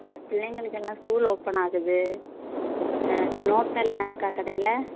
இந்த பிள்ளைங்களுக்கெல்லாம் ஸ்கூல் ஓப்பனாகுது நோட்டெல்லாம் இருக்கா கடையில்